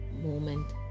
moment